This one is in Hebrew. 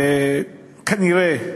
וכנראה,